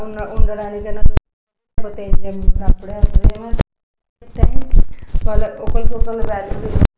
ఉండ ఉండడానికైనా పోతే అప్పుడేమైనా టైమ్ వాళ్ళ ఒకళ్ళకొకళ్ళు